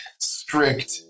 strict